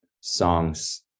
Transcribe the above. songs